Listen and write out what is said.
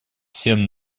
всем